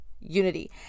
unity